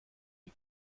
die